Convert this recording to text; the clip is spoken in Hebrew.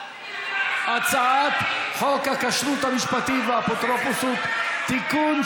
הצעת חוק הכשרות המשפטית והאפוטרופסות (תיקון,